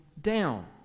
down